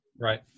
Right